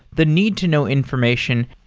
the need to know information,